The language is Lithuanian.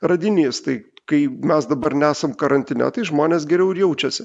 radinys tai kai mes dabar nesam karantine tai žmonės geriau ir jaučiasi